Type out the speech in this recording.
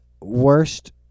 Worst